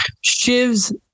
Shiv's